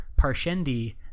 parshendi